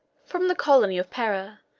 from the colony of pera,